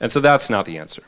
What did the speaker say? and so that's not the answer